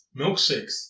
milkshakes